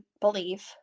believe